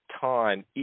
time